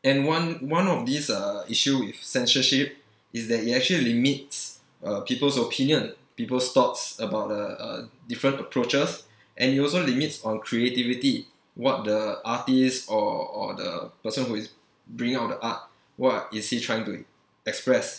and one one of this uh issue with censorship is that it actually limits uh people's opinion people's thoughts about the uh different approaches and it also limits on creativity what the artist or or the person who is bringing out the art what is he trying to express